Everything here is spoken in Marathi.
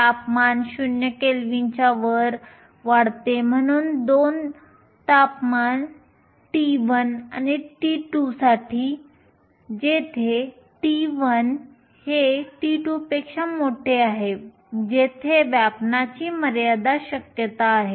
तापमान 0 केल्विनच्या वर वाढते म्हणून 2 तापमान T 1 आणि T 2 साठी जेथे T 1 T 2 आहे तेथे व्यापण्याची मर्यादित शक्यता आहे